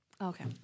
Okay